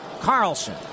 Carlson